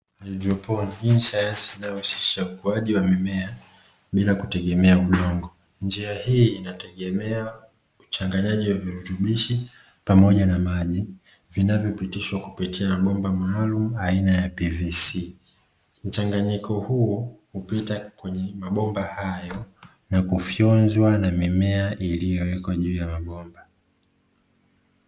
Haidroponi; ni sayansi inayohusisha ukuaji wa mimea bila kutegemea udongo, njia hii inategemea uchanganyaji wa virutubishi pamoja na maji, vinavyopitishwa kupitia mabomba maalumu aina ya "PVC". Mchanganyiko huu hupita kwenye mabomba hayo na kufyonzwa na mimea iliyowekwa juu ya mabomba.